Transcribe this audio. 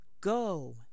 Go